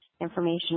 information